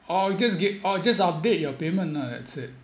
or just get or just update your payment lah that's it